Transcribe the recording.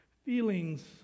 Feelings